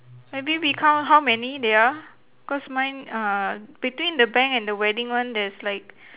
maybe we count how many there are cause mine uh between the bank and the wedding one there's like